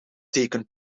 taken